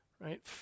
right